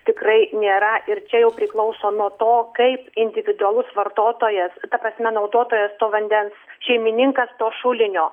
tikrai nėra ir čia jau priklauso nuo to kaip individualus vartotojas ta prasme naudotojas to vandens šeimininkas to šulinio